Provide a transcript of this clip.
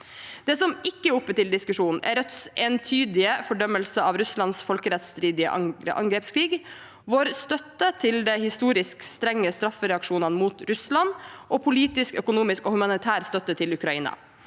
Det som ikke er oppe til diskusjon, er Rødts entydige fordømmelse av Russlands folkerettsstridige angrepskrig, vår støtte til de historisk strenge straffereaksjonene mot Russland og politisk, økonomisk og humanitær støtte til Ukraina.